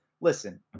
Listen